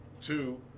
Two